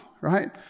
right